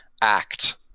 act